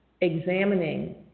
examining